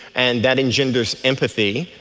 and that engenders empathy,